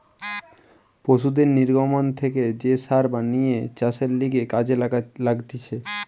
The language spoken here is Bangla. পশুদের নির্গমন থেকে যে সার বানিয়ে চাষের লিগে কাজে লাগতিছে